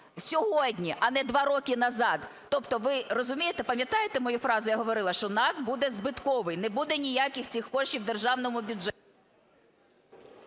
сьогодні, а не два роки назад. Тобто, ви розумієте, пам'ятаєте мою фразу, я говорила, що НАК буде збитковий, не буде ніяких цих коштів в державному бюджеті.